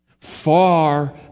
far